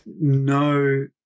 No